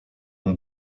ont